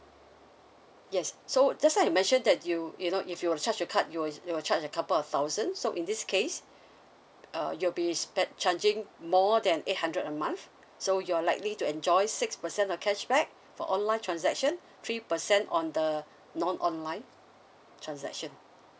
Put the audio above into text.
yes so just now I mentioned that you you know if you were to charge you card you were you were charge a couple of thousand so in this case uh you'll be spend charging more than eight hundred a month so you're likely to enjoy six percent of cashback for online transaction three percent on the non online transaction